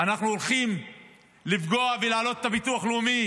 אנחנו הולכים לפגוע ולהעלות את הביטוח הלאומי